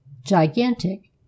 gigantic